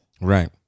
right